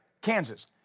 Kansas